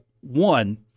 one